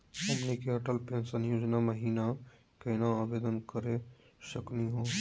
हमनी के अटल पेंसन योजना महिना केना आवेदन करे सकनी हो?